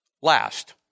Last